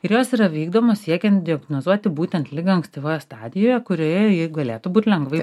ir jos yra vykdomos siekiant diagnozuoti būtent ligą ankstyvoje stadijoje kurioje ji galėtų būt lengvai